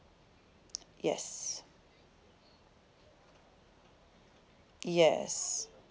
yes yes